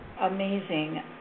Amazing